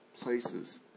places